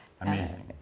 Amazing